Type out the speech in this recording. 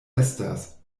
estas